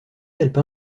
alpin